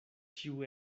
ĉiu